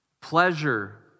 pleasure